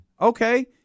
Okay